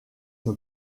nad